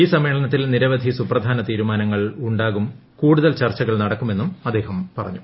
ഈ സെഷനിൽ നിരവധി സുപ്രധാന തീരുമാനങ്ങൾ ഉണ്ടാകും കൂടുതൽ ചർച്ചകൾ നടക്കുമെന്നും അദ്ദേഹം പ്റഞ്ഞു